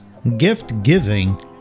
Gift-giving